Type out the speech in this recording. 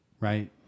right